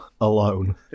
alone